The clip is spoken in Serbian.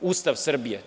Ustav Srbije?